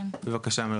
בבקשה.